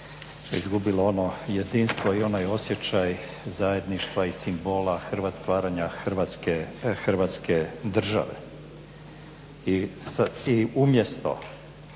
izgubilo ono jedinstvo i onaj osjećaj zajedništva i simbola stvaranja Hrvatske države. I umjesto